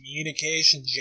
communication